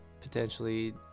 Potentially